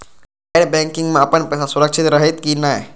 गैर बैकिंग में अपन पैसा सुरक्षित रहैत कि नहिं?